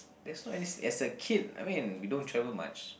that's why as as a kid I mean we don't travel much